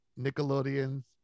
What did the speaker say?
Nickelodeon's